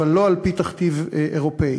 אבל לא על-פי תכתיב אירופי.